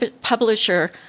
publisher